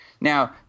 Now